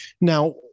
now